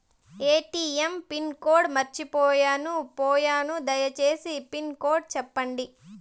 ATM pin code మర్చిపోయాను పోయాను దయసేసి పిన్ కోడ్ సెప్పండి?